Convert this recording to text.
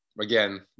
again